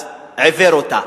אז עיוור אותה.